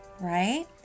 right